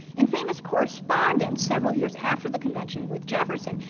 in famous correspondence, several years after the convention with jefferson,